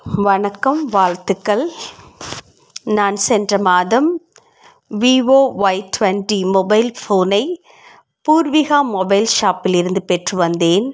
வணக்கம் வாழ்த்துக்கள் நான் சென்ற மாதம் வீவோ ஒய் டுவெண்ட்டி மொபைல் ஃபோனை பூர்விகா மொபைல் ஷாப்பில் இருந்து பெற்று வந்தேன்